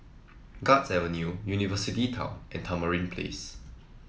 Guards Avenue University Town and Tamarind Place